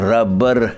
Rubber